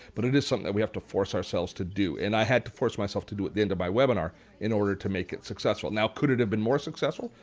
but it is something that we have to force ourselves to do and i had to force myself to do it at the end of my webinar in order to make it successful. now could it have been more successful?